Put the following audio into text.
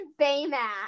Baymax